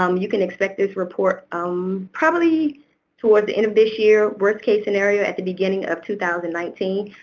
um you can expect this report um probably towards the end of this year, worst case scenario at the beginning of two thousand and nineteen.